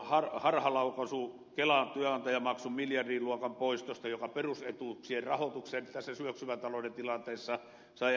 teidän harhalaukaisunne kelan työnantajamaksun miljardiluokan poisto joka sai perusetuuksien rahoituksen tässä syöksyvän talouden tilanteessa epävakaaksi